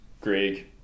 Greg